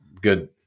Good